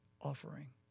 offering